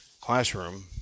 classroom